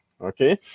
Okay